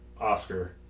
Oscar